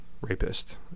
rapist